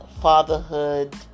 fatherhood